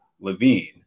Levine